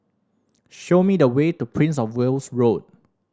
show me the way to Prince Of Wales Road